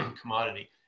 commodity